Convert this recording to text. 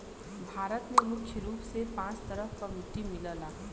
भारत में मुख्य रूप से पांच तरह क मट्टी मिलला